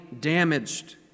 damaged